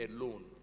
alone